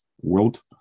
world